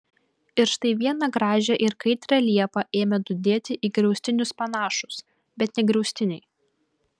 ir štai vieną gražią ir kaitrią liepą ėmė dundėti į griaustinius panašūs bet ne griaustiniai